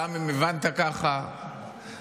אמרת שחמאס זה נכס.